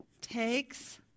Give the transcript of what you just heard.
takes